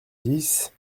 dix